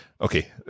Okay